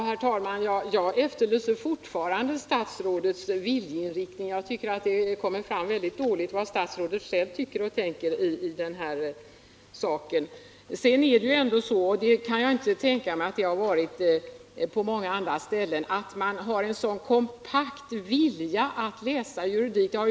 Herr talman! Jag efterlyser fortfarande statsrådets viljeinriktning. Jag tycker det kommer fram väldigt dåligt vad statsrådet själv tycker och tänker i denna sak. Sedan är det så — och det kan jag inte tänka mig gäller på många andra platser — att man har en sådan kompakt vilja att läsa juridik i Göteborg.